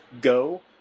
go